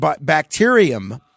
bacterium